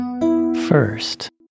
First